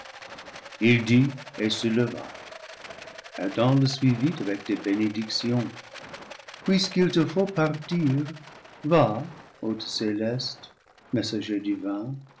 il dit et se leva adam le suivit avec des bénédictions puisqu'il te faut partir va hôte céleste messager